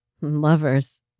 Lovers